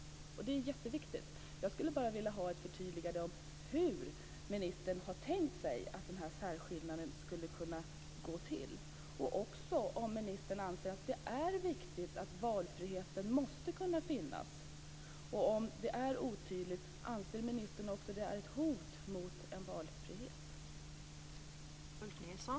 Det är jätteviktigt. Jag vill gärna ha ett förtydligande hur ministern har tänkt sig att särskillnaden skulle gå till. Anser ministern att det är viktigt att valfriheten måste finnas? Är otydligheten ett hot mot valfriheten?